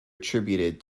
attributed